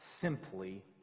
simply